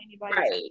Right